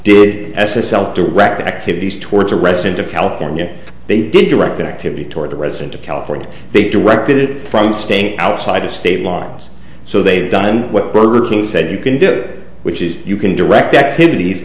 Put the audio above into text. did s s l direct the activities towards a resident of california they did direct that activity toward the resident of california they directed it from staying outside of state lines so they've done what burger king said you can do it which is you can direct activities